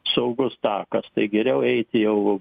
saugus takas tai geriau eiti jau